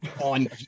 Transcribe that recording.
on